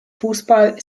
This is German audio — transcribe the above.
fußball